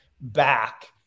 back